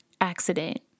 accident